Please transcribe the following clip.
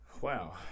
Wow